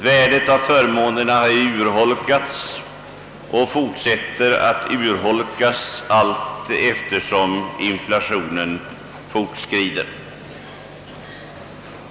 Värdet av förmånerna har urholkats och fortsätter att urholkas, allteftersom inflationen fortskrider.